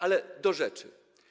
Ale do rzeczy.